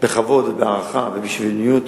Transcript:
בכבוד ובהערכה ובשוויוניות